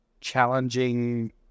challenging